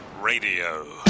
Radio